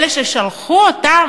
אלה ששלחו אותם,